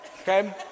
okay